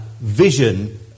vision